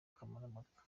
kamarampaka